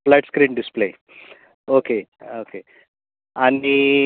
flat screen display okay okay आनी